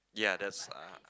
ya that's